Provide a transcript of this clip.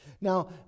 Now